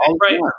right